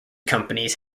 companies